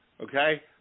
Okay